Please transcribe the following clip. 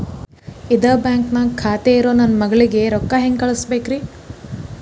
ಇದ ಬ್ಯಾಂಕ್ ನ್ಯಾಗ್ ಖಾತೆ ಇರೋ ನನ್ನ ಮಗಳಿಗೆ ರೊಕ್ಕ ಹೆಂಗ್ ಕಳಸಬೇಕ್ರಿ?